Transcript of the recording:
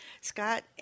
Scott